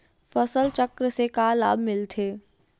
फसल चक्र से का लाभ मिलथे?